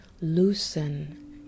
loosen